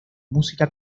música